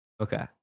Okay